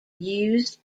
used